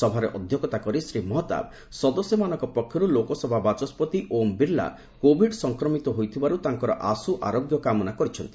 ସଭାରେ ଅଧ୍ୟକ୍ଷତା କରି ଶ୍ରୀ ମହତାବ ସଦସ୍ୟମାନଙ୍କ ପକ୍ଷରୁ ଲୋକସଭା ବାଚସ୍କତି ଓମ୍ ବିର୍ଲା କୋଭିଡସଂକ୍ରମିତ ହୋଇଥିବାରୁ ତାଙ୍କର ଆଶୁଆରୋଗ୍ୟ କାମନା କରିଛନ୍ତି